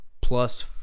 plus